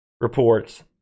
reports